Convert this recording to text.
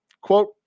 quote